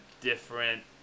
different